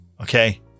Okay